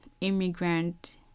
immigrant